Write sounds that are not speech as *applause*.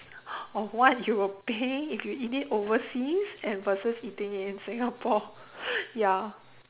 of what you would *laughs* pay if you eat it overseas and versus eating it in Singapore *laughs* ya